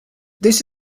this